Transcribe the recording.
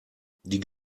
die